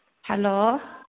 hello